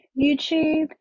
YouTube